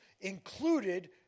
included